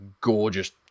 gorgeous